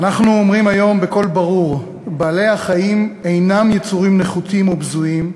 אנחנו אומרים היום בקול ברור: בעלי-החיים אינם יצורים נחותים ובזויים,